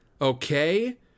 Okay